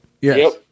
Yes